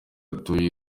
itanu